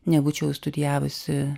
nebūčiau studijavusi